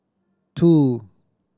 two